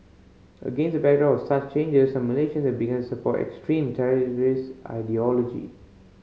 against the backdrop of such changes some Malaysians have begun to support extremist terrorist ideology